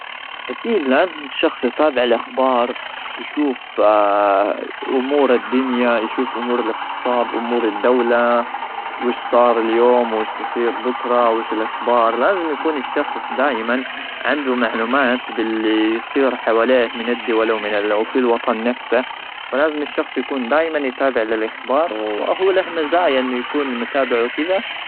أكيد لازم الشخص يتابع الأخبار، يشوف، أمور الدنيا، يشوف أمور الاقتصاد، أمور الدولة، وش صار اليوم؟ وش بيصير بكرة؟ وإيش الأخبار؟ لازم يكون الشخص دائما عنده معلومات باللي يصير حواليه من الدول ومن في الوطن نفسه. فلازم الشخص يكون دايما يتابع للأخبار، وهو له مزايا إنه يكون متابع وكذا.